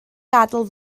gadael